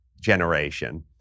generation